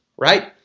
right?